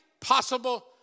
possible